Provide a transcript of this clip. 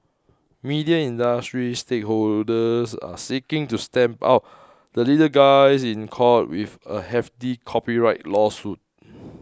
media industry stakeholders are seeking to stamp out the little guys in court with a hefty copyright lawsuit